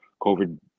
COVID